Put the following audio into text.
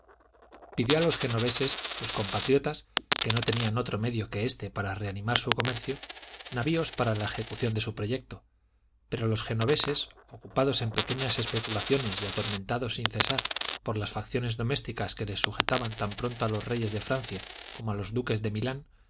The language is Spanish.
pidió a los genoveses sus compatriotas que no tenían otro medio que éste para reanimar su comercio navios para la ejecución de su proyecto pero los genoveses ocupados en pequeñas especulaciones y atormentados sin cesar por las facciones domésticas que les sujetaban tan pronto a los reyes de francia como a los duques de milán